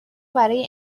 برای